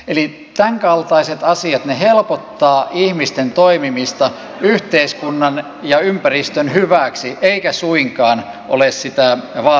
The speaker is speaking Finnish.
eli tämänkaltaiset asiat helpottavat ihmisten toimimista yhteiskunnan ja ympäristön hyväksi eivätkä suinkaan ole sitä vaarantamassa